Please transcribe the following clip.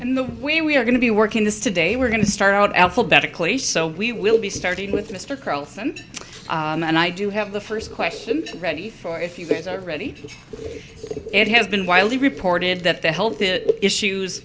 and the way we are going to be working this today we're going to start out alphabetically so we will be starting with mr carlson and i do have the first question ready for if you things are ready ed has been widely reported that the health issues